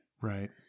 Right